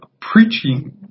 preaching